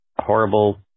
horrible